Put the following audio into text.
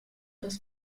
des